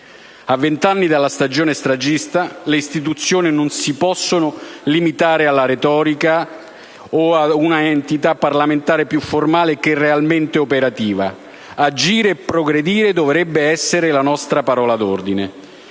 A vent'anni dalla stagione stragista, le istituzioni non si possono limitare alla retorica o a una entità parlamentare più formale che è realmente operativa: agire e progredire dovrebbero essere le nostre parole d'ordine.